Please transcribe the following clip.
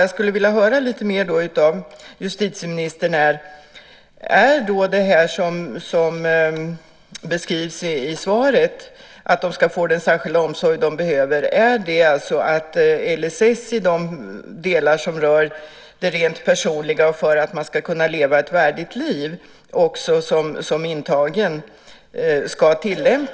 Jag vill höra lite mer från justitieministern om den särskilda omsorg som behövs och som det beskrevs i svaret ska tillämpas, det vill säga LSS i de delar som rör det personliga för att kunna leva ett värdigt liv också som intagen.